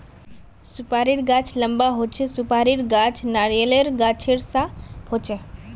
सुपारीर गाछ लंबा होचे, सुपारीर गाछ नारियालेर गाछेर सा होचे